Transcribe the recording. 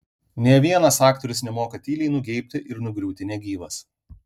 nė vienas aktorius nemoka tyliai nugeibti ir nugriūti negyvas